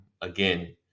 again